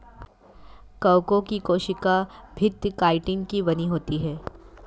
कवकों की कोशिका भित्ति काइटिन की बनी होती है